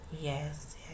Yes